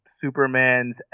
Superman's